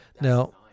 Now